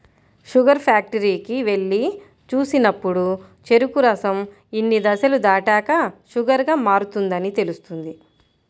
sugar ఫ్యాక్టరీకి వెళ్లి చూసినప్పుడు చెరుకు రసం ఇన్ని దశలు దాటాక షుగర్ గా మారుతుందని తెలుస్తుంది